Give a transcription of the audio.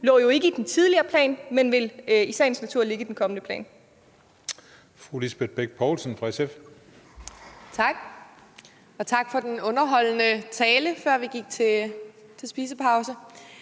2021 ikke i den tidligere plan, men det vil i sagens natur ligge i den kommende plan.